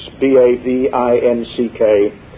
B-A-V-I-N-C-K